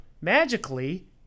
magically